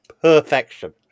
perfection